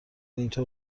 اینطور